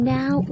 Now